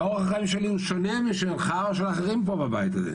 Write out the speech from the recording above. אורח החיים שלי הוא שונה משלך או של אחרים פה בבית הזה.